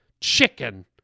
chicken